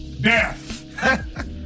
Death